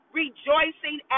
rejoicing